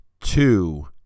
two